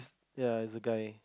ya it's a guy